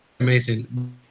Amazing